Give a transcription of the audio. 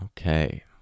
Okay